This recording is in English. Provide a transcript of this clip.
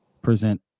present